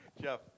Jeff